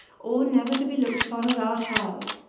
or never to be looked upon as our child.